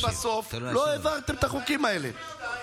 ובסוף לא העברתם את החוקים האלה.